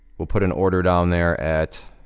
we'll put an order down there, at